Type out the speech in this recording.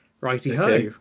Righty-ho